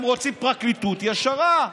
הם רוצים פרקליטות ישרה.